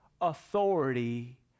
authority